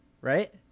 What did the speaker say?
Right